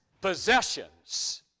possessions